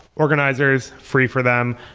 organizers, free for them.